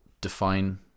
define